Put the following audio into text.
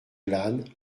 glane